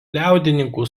liaudininkų